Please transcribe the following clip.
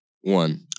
one